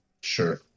Sure